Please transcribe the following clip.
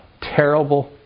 terrible